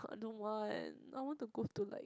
I don't want I want to go to like